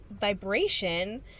vibration